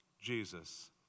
Jesus